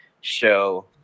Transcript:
show